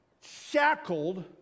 shackled